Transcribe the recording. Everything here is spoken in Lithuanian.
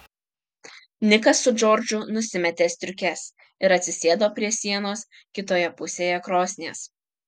nikas su džordžu nusimetė striukes ir atsisėdo prie sienos kitoje pusėje krosnies